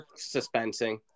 suspensing